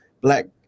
black